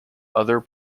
other